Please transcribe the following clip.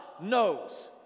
knows